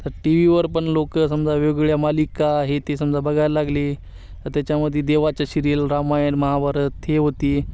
तर टी व्हीवर पण लोकं समजा वेगवेगळ्या मालिका आहे ते समजा बघायला लागले त्याच्यामध्ये देवाच्या शिरीयल रामायण महाभारत हे होती